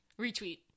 Retweet